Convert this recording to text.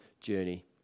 journey